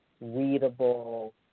readable